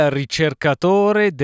ricercatore